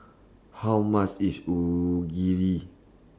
How much IS Onigiri